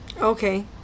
Okay